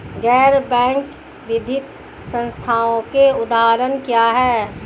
गैर बैंक वित्तीय संस्थानों के उदाहरण क्या हैं?